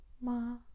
ma